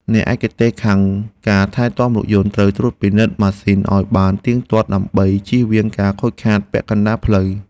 អ្នកឯកទេសខាងការថែទាំរថយន្តត្រូវត្រួតពិនិត្យម៉ាស៊ីនឱ្យបានទៀងទាត់ ដើម្បីជៀសវាងការខូចខាតពាក់កណ្តាលផ្លូវ។